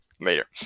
later